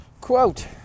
Quote